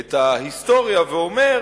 את ההיסטוריה ואומר